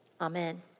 Amen